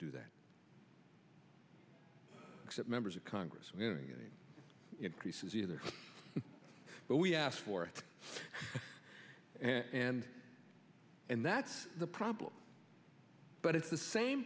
do that except members of congress when increases either but we asked for it and and that's the problem but it's the same